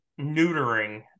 neutering